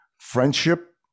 friendship